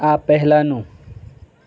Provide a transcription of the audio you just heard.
આ પહેલાંનું